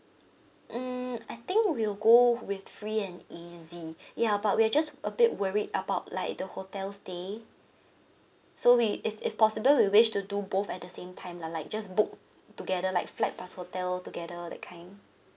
mm I think we'll go with free and easy ya but we are just a bit worried about like the hotel stay so we if if possible we wish to do both at the same time lah like just book together like flight plus hotel together that kind